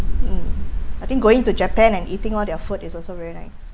mm I think going to japan and eating all their food is also very nice